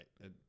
right